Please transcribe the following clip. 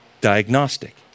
diagnostic